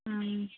हँ